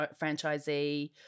franchisee